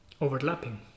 overlapping